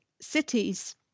cities